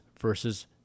versus